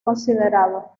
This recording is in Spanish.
considerado